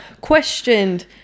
questioned